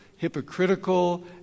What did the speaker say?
Hypocritical